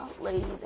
ladies